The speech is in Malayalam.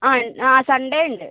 ആ ആ സൺഡേ ഉണ്ട്